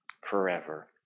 forever